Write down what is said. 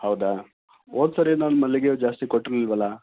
ಹೌದಾ ಹೋದ್ಸರಿ ನಾನು ಮಲ್ಲಿಗೆ ಹೂ ಜಾಸ್ತಿ ಕೊಟ್ಟಿರ್ಲಿಲ್ಲವಲ್ಲ